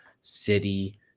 City